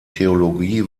theologie